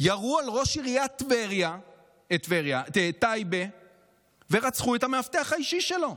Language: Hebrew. ירו על ראש עיריית טייבה ורצחו את המאבטח האישי שלו.